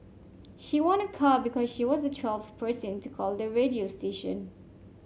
she won a car because she was the twelfth person to call the radio station